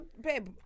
babe